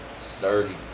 Sturdy